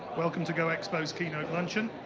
welcome to go-expo's keynote luncheon.